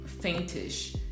faintish